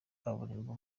kaburimbo